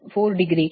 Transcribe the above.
54 degree K